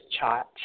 chat